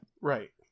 Right